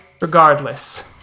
Regardless